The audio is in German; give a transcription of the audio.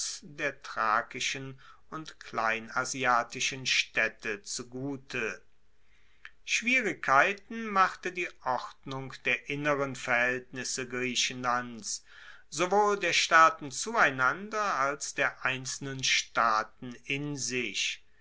der thrakischen und kleinasiatischen staedte zugute schwierigkeit machte die ordnung der inneren verhaeltnisse griechenlands sowohl der staaten zueinander als der einzelnen staaten in sich